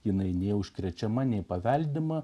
jinai nei užkrečiama nei paveldima